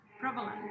prevalent